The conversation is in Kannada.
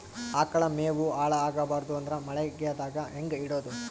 ಆಕಳ ಮೆವೊ ಹಾಳ ಆಗಬಾರದು ಅಂದ್ರ ಮಳಿಗೆದಾಗ ಹೆಂಗ ಇಡೊದೊ?